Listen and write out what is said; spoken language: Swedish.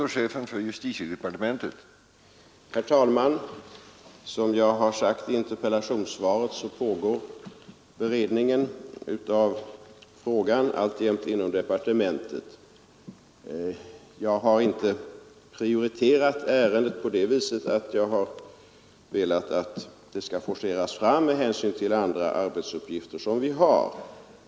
Herr talman! Som jag har sagt i interpellationssvaret pågår beredningen av frågan alltjämt inom departementet. Jag har inte prioriterat ärendet på det viset att jag velat att det skall forceras fram med hänsyn till andra arbetsuppgifter som vi har.